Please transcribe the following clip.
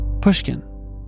pushkin